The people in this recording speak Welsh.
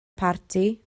parti